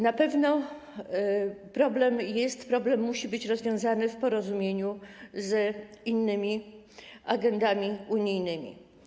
Na pewno problem jest, problem musi być rozwiązany w porozumieniu z innymi agendami unijnymi.